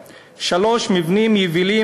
3. מבנים יבילים,